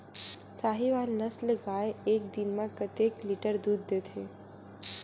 साहीवल नस्ल गाय एक दिन म कतेक लीटर दूध देथे?